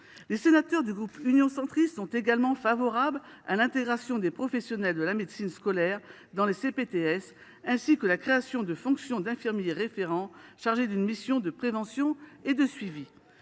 Les sénateurs du groupe Union Centriste sont également favorables à l’intégration des professionnels de la médecine scolaire dans les CPTS, ainsi qu’à la création de la fonction d’infirmier référent, chargé d’une mission de prévention et de suivi.